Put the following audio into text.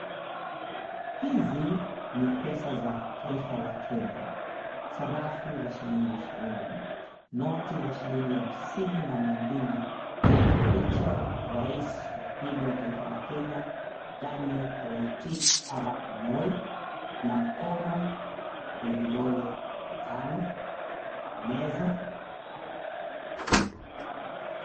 Hizi ni pesa za taifa la kenya, sarafu za shilingi ishirini, noti za shilingi hamsini na mia mbili zenye picha ya rais wa pili wa taifa la kenya, Daniel Toroitich Arap Moi. Kuna mikono yenye vidole vitano na meza.